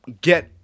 get